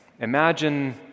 imagine